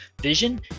vision